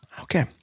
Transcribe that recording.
okay